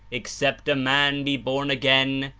except a man be born again,